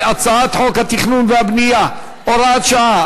הצעת חוק התכנון והבנייה (הוראת שעה),